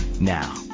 Now